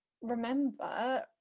remember